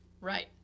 Right